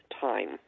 time